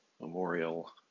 Memorial